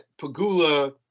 Pagula